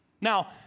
Now